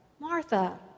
Martha